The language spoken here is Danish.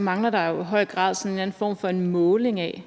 mangler der jo i høj grad sådan en eller anden form for måling af,